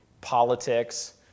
politics